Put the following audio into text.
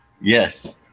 Yes